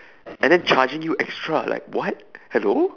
and then charging you extra like what hello